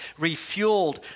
refueled